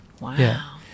Wow